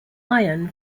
iron